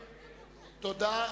תודה.